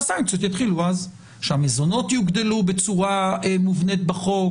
שהסנקציות יתחילו אז: שהמזונות יוגדלו בצורה מובנית בחוק,